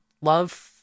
love